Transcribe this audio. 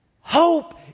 Hope